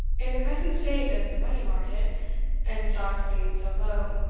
in the present state of the money-market and stocks being so low